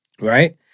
Right